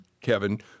Kevin